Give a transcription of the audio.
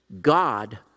God